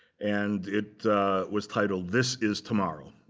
and it was titled this is tomorrow.